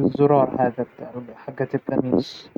من المحل الثانى وهكذا.